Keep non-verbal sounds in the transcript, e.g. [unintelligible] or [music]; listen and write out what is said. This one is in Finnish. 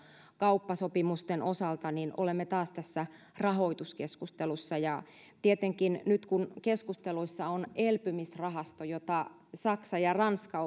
kauppasopimusten osalta olemme taas tässä rahoituskeskustelussa tietenkin nyt kun keskusteluissa on elpymisrahasto jota saksa ja ranska [unintelligible]